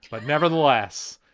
but nevertheless,